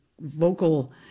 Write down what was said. vocal